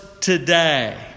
today